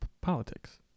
politics